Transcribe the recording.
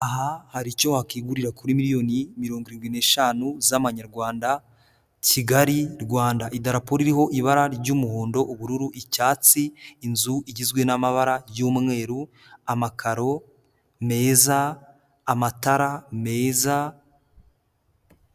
Aha hari icyo wakigurira kuri miliyoni mirongo irindwi n'eshanu z'amanyarwanda kigali rwanda; idarapo ririho ibara ry'umuhondo, ubururu, icyatsi; inzu igizwe n'amabara y'umweru, amakaro meza, amatara meza.